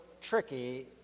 tricky